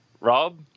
Rob